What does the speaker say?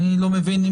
אני לא מבין.